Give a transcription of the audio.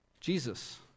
Jesus